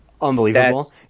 Unbelievable